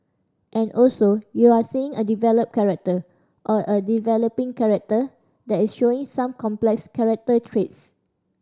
and also you're seeing a developed character or a developing character that is showing some complex character traits